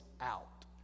out